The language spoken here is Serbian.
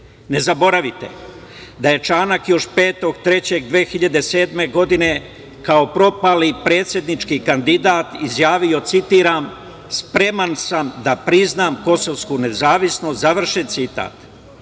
Ne zaboravite da je Čanak još 5.03.2007. godine kao propali predsednički kandidat izjavio: „Spreman sam da priznam kosovsku nezavisnost“.Pre